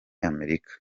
amerika